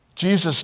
Jesus